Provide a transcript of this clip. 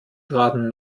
traten